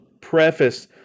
preface